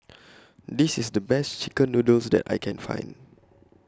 This IS The Best Chicken Noodles that I Can Find